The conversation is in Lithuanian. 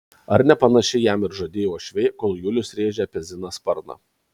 ar ne panašiai jam ir žadėjo uošviai kol julius rėžė apie ziną sparną